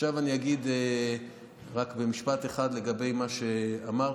עכשיו, אני אגיד רק במשפט אחד לגבי מה שאמרתם.